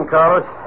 Carlos